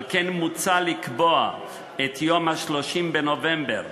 על כן מוצע לקבוע את יום ה-30 בנובמבר,